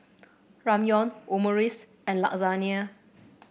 Ramyeon Omurice and Lasagne